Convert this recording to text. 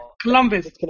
Columbus